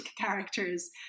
characters